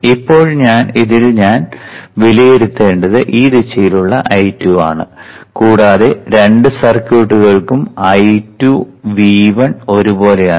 അതിനാൽ ഇപ്പോൾ ഇതിൽ ഞാൻ വിലയിരുത്തേണ്ടത് ഈ ദിശയിലുള്ള I2 ആണ് കൂടാതെ രണ്ട് സർക്യൂട്ടുകൾക്കും I2 V1 ഒരുപോലെയാണ്